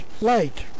light